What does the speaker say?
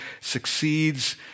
succeeds